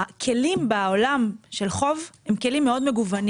הכלים בעולם של חוב הם כלים מאוד מגוונים